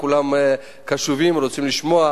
כולם קשובים, רוצים לשמוע.